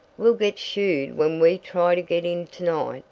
we'll get shooed when we try to get in to-night,